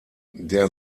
der